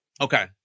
okay